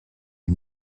une